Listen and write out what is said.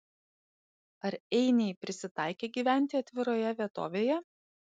ar einiai prisitaikę gyventi atviroje vietovėje